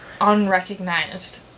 unrecognized